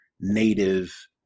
native